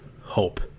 hope